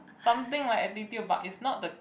something like attitude but is not the